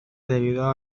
debido